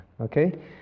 Okay